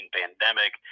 pandemic